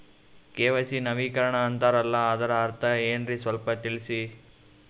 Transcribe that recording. KYC ನವೀಕರಣ ಅಂತಾರಲ್ಲ ಅದರ ಅರ್ಥ ಏನ್ರಿ ಸ್ವಲ್ಪ ತಿಳಸಿ?